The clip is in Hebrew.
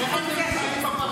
איך אתם חיים בפרדוקס הזה?